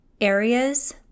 areas